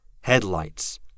Headlights